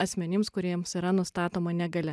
asmenims kuriems yra nustatoma negalia